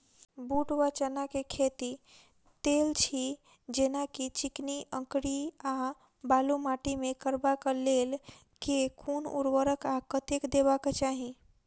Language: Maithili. बूट वा चना केँ खेती, तेल छी जेना की चिकनी, अंकरी आ बालू माटि मे करबाक लेल केँ कुन उर्वरक आ कतेक देबाक चाहि?